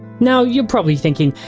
now, you're probably thinking,